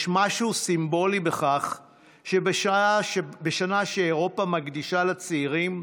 יש משהו סימבולי בכך שבשנה שאירופה מקדישה לצעירים,